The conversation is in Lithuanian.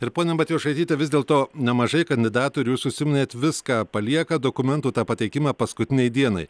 ir ponia matjošaityte vis dėlto nemažai kandidatų ir jūs užsiminėt viską palieka dokumentų tą pateikimą paskutinei dienai